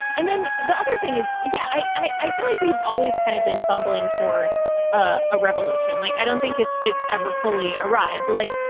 and then the other thing is, yeah, i i feel like we've always kind of been fumbling toward a revolution. like i don't think it's it's ever fully arrived to. like